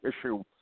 issue